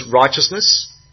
righteousness